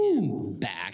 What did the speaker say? back